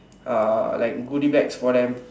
uh like goodie bags for them